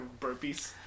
burpees